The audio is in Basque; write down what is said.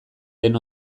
den